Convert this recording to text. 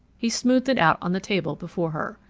he smoothed it out on the table before her.